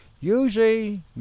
Usually